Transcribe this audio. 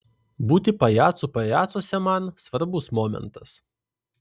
būti pajacu pajacuose man svarbus momentas